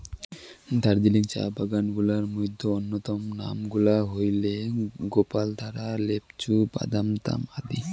দার্জিলিং চা বাগান গুলার মইধ্যে অইন্যতম নাম গুলা হইলেক গোপালধারা, লোপচু, বাদামতাম আদি